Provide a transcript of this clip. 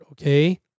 okay